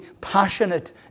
passionate